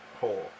hole